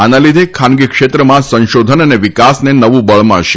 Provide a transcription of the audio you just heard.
આના લીધે ખાનગી ક્ષેત્રમાં સંશોધન અને વિકાસને નવુ બળ મળશે